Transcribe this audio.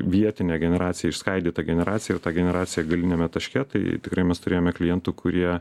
vietinė generacija išskaidyta generacija ir tą generaciją galiniame taške tai tikrai mes turėjome klientų kurie